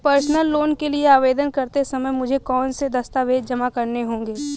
Personal loan के लिए आवेदन करते समय मुझे कौन से दस्तावेज़ जमा करने होंगे?